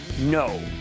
No